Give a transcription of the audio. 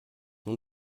nun